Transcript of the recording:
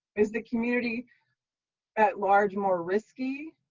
is the community at large more risky?